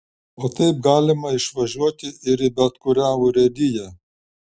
o taip galima išvažiuoti ir į bet kurią urėdiją